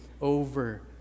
over